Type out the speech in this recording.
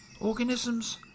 Organisms